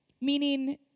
Meaning